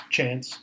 Chance